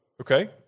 okay